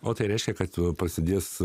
o tai reiškia kad prasidės